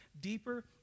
Deeper